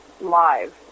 live